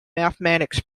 mathematics